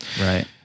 Right